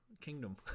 kingdom